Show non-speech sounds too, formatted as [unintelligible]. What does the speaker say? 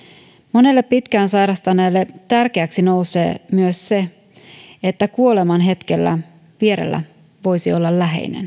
monelle pitkään sairastaneelle tärkeäksi nousee myös se että kuoleman hetkellä vierellä voisi olla läheinen [unintelligible]